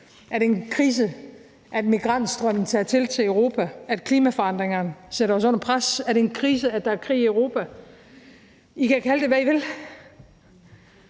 Er det en krise, at migrantstrømmen tager til i Europa, at klimaforandringerne har sat os under pres? Er det en krise, at der er krig i Europa? I kan kalde det, hvad I vil;